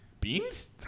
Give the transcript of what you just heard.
Beans